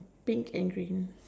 pink and green